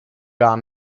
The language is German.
gar